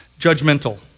Judgmental